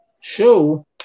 show